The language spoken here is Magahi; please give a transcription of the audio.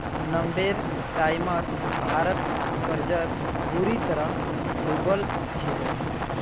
नब्बेर टाइमत भारत कर्जत बुरी तरह डूबाल छिले